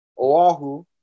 oahu